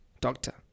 Doctor